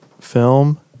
film